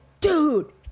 Dude